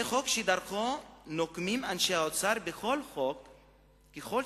זה חוק שדרכו נוקמים אנשי האוצר בכל חוק שהוא,